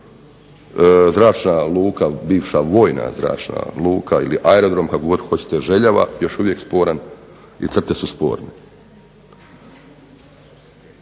Zračna luka bivša vojna zračna luka ili aerodrom kako god hoćete Željava još uvijek sporan i crte su sporne.